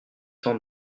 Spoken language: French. temps